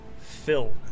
fill